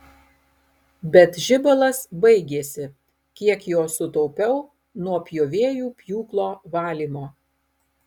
bet žibalas baigėsi kiek jo sutaupiau nuo pjovėjų pjūklo valymo